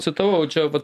citavau čia vat